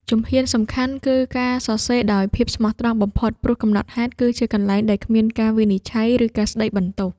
ជំហានសំខាន់គឺការសរសេរដោយភាពស្មោះត្រង់បំផុត ព្រោះកំណត់ហេតុគឺជាកន្លែងដែលគ្មានការវិនិច្ឆ័យ ឬការស្ដីបន្ទោស។